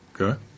Okay